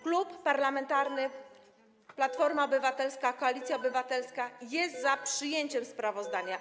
Klub Parlamentarny Platforma Obywatelska - Koalicja Obywatelska jest za przyjęciem sprawozdania.